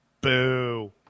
Boo